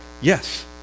Yes